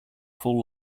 full